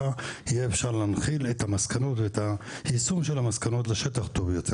יהיה אפשר להנחיל את המסקנות ואת יישומן לשטח טוב יותר.